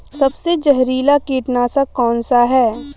सबसे जहरीला कीटनाशक कौन सा है?